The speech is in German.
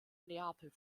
neapel